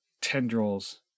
tendrils